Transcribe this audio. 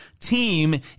team